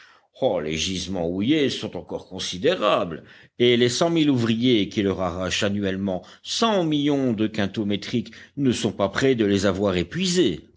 oh les gisements houillers sont encore considérables et les cent mille ouvriers qui leur arrachent annuellement cent millions de quintaux métriques ne sont pas près de les avoir épuisés